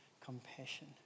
compassion